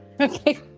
Okay